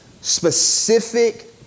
specific